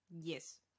Yes